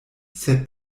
sed